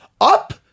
up